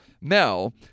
Mel